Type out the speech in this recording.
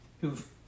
who've